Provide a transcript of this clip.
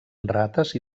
rates